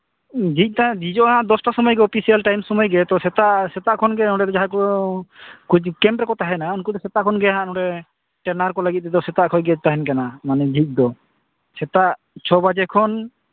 ᱡᱷᱤᱡ ᱠᱷᱟᱜ ᱡᱷᱤᱡᱚᱜᱼᱟ ᱫᱚᱥᱴᱟ ᱥᱚᱢᱚᱭ ᱜᱮ ᱚᱯᱤᱥᱤᱭᱟᱞ ᱴᱟᱭᱤᱢ ᱥᱚᱢᱚᱭ ᱜᱮ ᱛᱚ ᱥᱮᱛᱟᱜ ᱥᱮᱛᱟᱜ ᱠᱷᱚᱱ ᱜᱮ ᱱᱚᱸᱰᱮ ᱨᱮᱱ ᱡᱟᱦᱟᱸᱭ ᱠᱚ ᱠᱳᱪ ᱫᱚ ᱠᱮᱢᱯ ᱨᱮᱠᱚ ᱛᱟᱦᱮᱱᱟ ᱩᱱᱠᱩ ᱫᱚ ᱥᱮᱛᱟᱜ ᱠᱷᱚᱱ ᱜᱮ ᱦᱟᱸᱜ ᱱᱚᱰᱮ ᱚᱱᱟ ᱴᱮᱱᱰᱟᱨ ᱠᱚ ᱞᱟᱹᱜᱤᱫ ᱛᱮᱫᱚ ᱥᱮᱛᱟᱜ ᱠᱷᱚᱡᱜᱮ ᱛᱟᱦᱮᱱ ᱠᱟᱱᱟ ᱚᱱᱟ ᱡᱷᱤᱡ ᱫᱚ ᱥᱮᱛᱟᱜ ᱪᱷᱚ ᱵᱟᱡᱮ ᱠᱷᱚᱱ